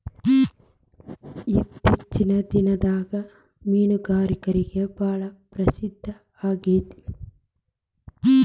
ಇತ್ತೇಚಿನ ದಿನದಾಗ ಮೇನುಗಾರಿಕೆ ಭಾಳ ಪ್ರಸಿದ್ದ ಆಗೇತಿ